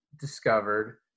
discovered